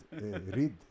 read